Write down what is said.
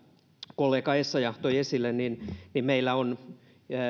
kollega essayah toi esille meillä on